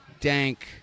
dank